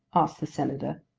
asked the senator.